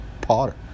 Potter